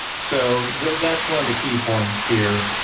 so that's one of the key points here,